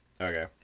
Okay